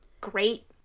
great